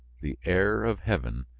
the air of heaven,